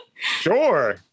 Sure